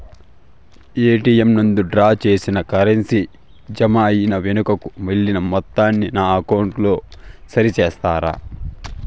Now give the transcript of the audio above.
ATM నందు draw చేసిన currency జామ అయి వెనుకకు వెళ్లిన మొత్తాన్ని నా అకౌంట్ లో సరి చేస్తారా?